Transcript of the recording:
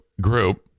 group